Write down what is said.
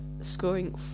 scoring